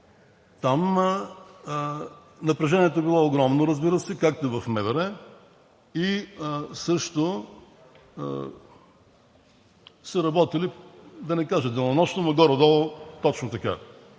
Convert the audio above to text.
Там напрежението е било огромно, разбира се, както и в МВР, и също са работили, да не кажа денонощно, но горе-долу точно така.